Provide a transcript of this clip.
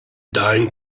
dying